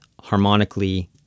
harmonically